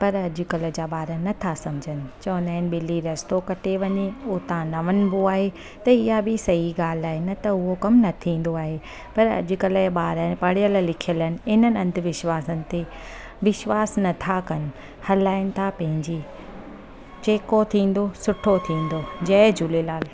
पर अॼुकल्ह जा ॿार नथा समुझनि चवंदा आहिनि ॿिली रस्तो कटे वञे उतां न वञिबो आहे त इहा बि सही ॻाल्हि आहे न त उहो कमु न थींदो आहे पर अॼुकल्ह जा ॿार पढ़ियल लिखियल आहिनि इन्हनि अंधविश्वासनि ते विश्वास नथा कनि हलाइनि था पंहिंजी जेको थींदो सुठो थींदो जय झूलेलाल